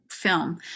film